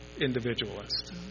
individualist